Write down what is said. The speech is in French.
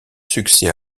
succès